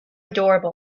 adorable